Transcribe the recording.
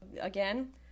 again